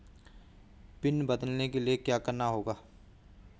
Pin बदलने के लिए क्या करना होगा?